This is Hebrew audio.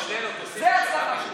זאת הצהרה שלה.